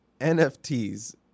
NFTs